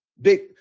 Big